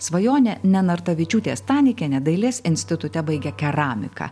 svajonė nenartavičiūtė stanikienė dailės institute baigė keramiką